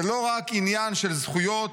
זה לא רק עניין של זכויות,